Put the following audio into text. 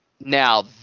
Now